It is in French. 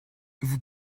vous